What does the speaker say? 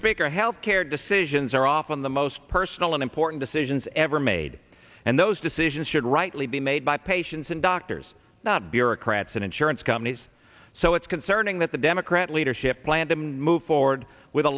misspeak our health care decisions are often the most personal and important decisions ever made and those decisions should rightly be made by patients and doctors not bureaucrats and insurance companies so it's concerning that the democrat leadership plan to move forward with a